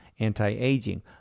Anti-aging